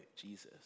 Jesus